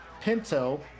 Pinto